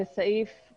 בסעיף קטן (ח),